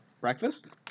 Breakfast